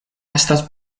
estas